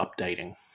updating